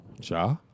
Ja